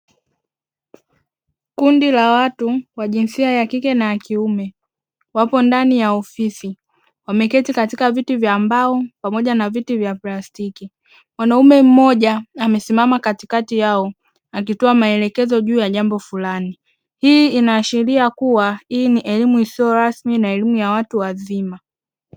Kundi la watu wa jinsia ya kike na kiume wapo ndani ya ofisi wameketi katika viti vya mbao pamoja na viti vya plastiki. Mwanaume mmoja amesimama katikati yao akitoa maelekezo juu ya jambo fulani. Hii inaashiria kuwa hii ni elimu isiyorasmi na elimu ya watu wazima.